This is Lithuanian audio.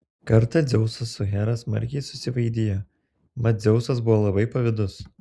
kartą dzeusas su hera smarkiai susivaidijo mat dzeusas buvo labai pavydus